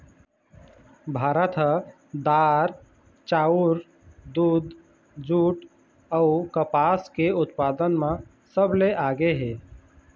भारत ह दार, चाउर, दूद, जूट अऊ कपास के उत्पादन म सबले आगे हे